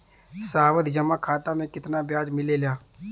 सावधि जमा खाता मे कितना ब्याज मिले ला?